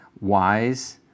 wise